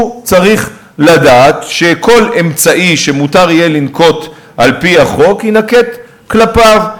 הוא צריך לדעת שכל אמצעי שמותר יהיה לנקוט על-פי החוק יינקט כלפיו.